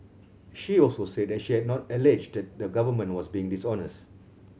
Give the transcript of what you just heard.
she also said that she had not alleged that the Government was being dishonest